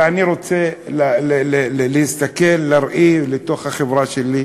ואני רוצה להסתכל בראי, לתוך החברה שלי,